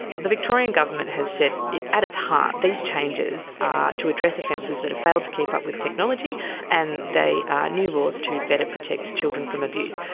the victorian government has said at its heart these changes are to address offences that have failed to keep up with technology and they are new laws to better protect children from abuse.